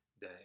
day